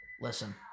Listen